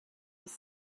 with